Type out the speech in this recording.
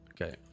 Okay